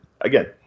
again